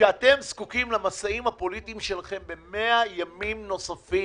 שאתם זקוקים לצורך המשאים ומתנים הפוליטיים שלכם ל-100 ימים נוספים,